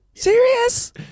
serious